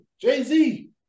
Jay-Z